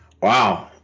Wow